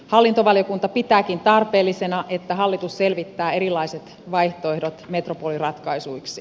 hallintovaliokunta pitääkin tarpeellisena että hallitus selvittää erilaiset vaihtoehdot metropoliratkaisuiksi